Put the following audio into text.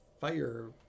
fire